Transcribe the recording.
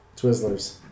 Twizzlers